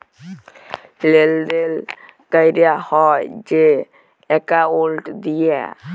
লেলদেল ক্যরা হ্যয় যে একাউল্ট দিঁয়ে